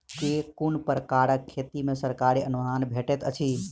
केँ कुन प्रकारक खेती मे सरकारी अनुदान भेटैत अछि?